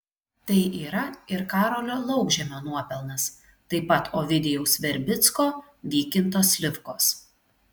tai yra ir karolio laukžemio nuopelnas taip pat ovidijaus verbicko vykinto slivkos